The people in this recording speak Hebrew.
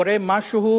קורה משהו,